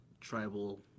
tribal